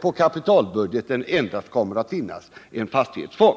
På kapitalbudgeten kommer endast att finnas en fastighetsfond.